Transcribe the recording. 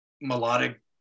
melodic